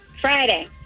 Friday